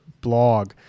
blog